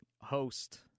host